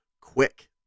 quick